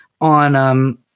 on